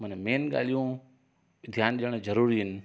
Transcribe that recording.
मना मेन ॻाल्हियूं ध्यानु ॾियण जरूरी आहिनि